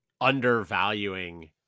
undervaluing